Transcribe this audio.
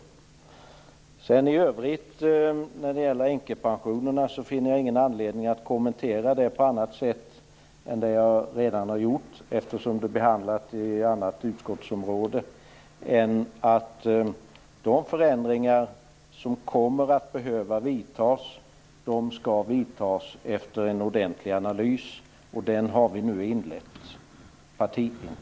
När det i övrigt gäller änkepensionerna finner jag ingen anledning att kommentera dem på annat sätt än vad jag redan har gjort, eftersom de är behandlade i ett annat utskott. De förändringar som kommer att behöva vidtas skall vidtas efter en ordentlig analys, vilken vi nu har inlett internt i partiet.